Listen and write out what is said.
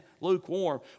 lukewarm